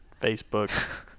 facebook